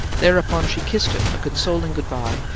thereupon she kissed him a consoling good-bye,